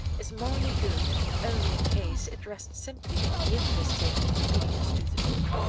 is morally good only in case it rests simply on the interest taken in obedience to the law.